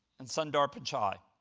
and sundar pichai,